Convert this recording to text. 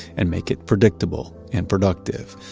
and make it predictable and productive.